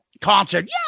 concert